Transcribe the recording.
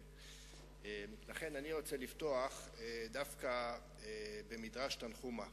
ולכן אני רוצה לפתוח דווקא במדרש תנחומא.